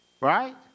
Right